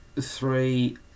three